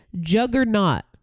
juggernaut